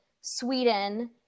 Sweden